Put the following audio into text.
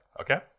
okay